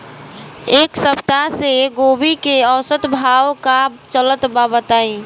एक सप्ताह से गोभी के औसत भाव का चलत बा बताई?